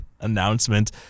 announcement